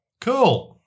Cool